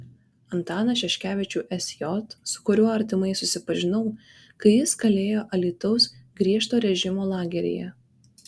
antaną šeškevičių sj su kuriuo artimai susipažinau kai jis kalėjo alytaus griežto režimo lageryje